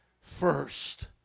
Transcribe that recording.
first